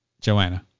Joanna